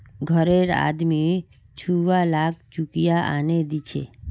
घररे आदमी छुवालाक चुकिया आनेय दीछे